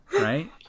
right